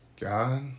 God